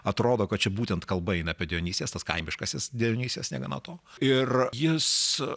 atrodo kad čia būtent kalba eina apie dionisijas tas kaimiškąsias dionisijas negana to ir jis